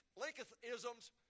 Lincoln-isms